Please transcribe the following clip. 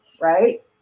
right